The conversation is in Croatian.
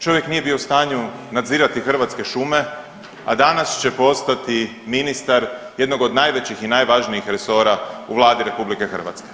Čovjek nije bio u stanju nadzirati Hrvatska šume, a danas će postati ministar jednog od najvećih i najvažnijih resora u Vladi RH.